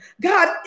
God